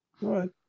right